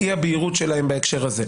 אי-הבהירות שלהם בהקשר הזה.